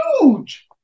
huge